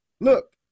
look